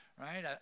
right